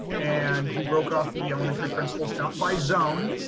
and we broke off the elementary principals not by zone,